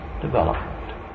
development